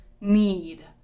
need